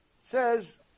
Says